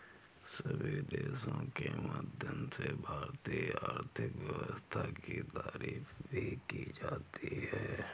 सभी देशों के माध्यम से भारतीय आर्थिक व्यवस्था की तारीफ भी की जाती है